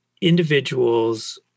individuals